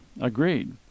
agreed